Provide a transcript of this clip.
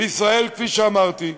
וישראל, כפי שאמרתי,